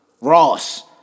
Ross